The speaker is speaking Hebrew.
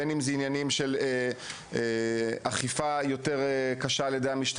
בין אם זו אכיפה קשה יותר על ידי המשטרה,